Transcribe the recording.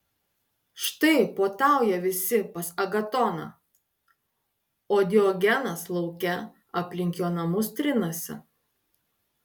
štai puotauja visi pas agatoną o diogenas lauke aplink jo namus trinasi